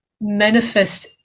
manifest